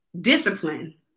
discipline